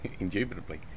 Indubitably